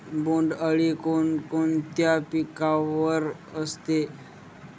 बोंडअळी कोणकोणत्या पिकावर असते?